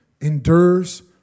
endures